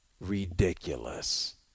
ridiculous